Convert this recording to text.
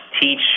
teach